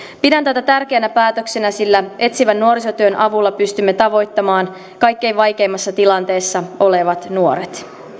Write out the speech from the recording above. pidän tätä tärkeänä päätöksenä sillä etsivän nuorisotyön avulla pystymme tavoittamaan kaikkein vaikeimmassa tilanteessa olevat nuoret